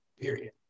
Period